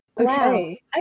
okay